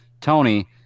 Tony